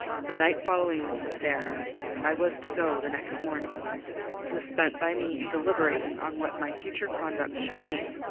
the night following this affair i was to go the next morning was spent by me in deliberating on what my future conduct should be.